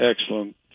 excellent